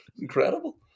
Incredible